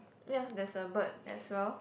ya there is a bird as well